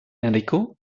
enrico